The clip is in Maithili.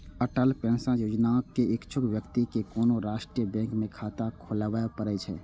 अटल पेंशन योजनाक इच्छुक व्यक्ति कें कोनो राष्ट्रीय बैंक मे खाता खोलबय पड़ै छै